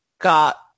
got